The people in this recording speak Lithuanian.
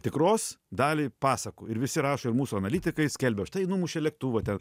tikros dalį pasakų ir visi rašo ir mūsų analitikai skelbia štai numušė lėktuvą ten